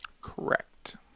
Correct